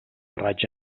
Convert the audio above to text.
raig